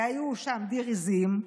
והיו שם דיר עיזים,